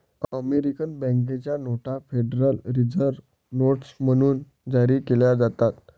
American बँकेच्या नोटा Federal Reserve notes म्हणून जारी केल्या जातात